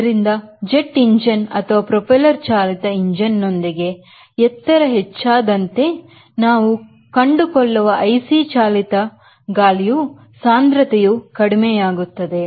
ಆದ್ದರಿಂದ jet engine ಅಥವಾ propeller ಚಾಲಿತ ಇಂಜಿನ್ ನೊಂದಿಗೆ ಎತ್ತರ ಹೆಚ್ಚಾದಂತೆ ನಾವು ಕಂಡುಕೊಳ್ಳುವ IC ಚಾಲಿತ ಗಾಲಿಯ ಸಾಂದ್ರತೆಯು ಕಡಿಮೆಯಾಗುತ್ತದೆ